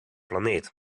planeet